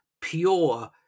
pure